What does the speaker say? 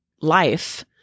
life